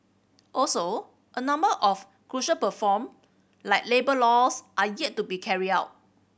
also a number of crucial reform like labour laws are yet to be carried out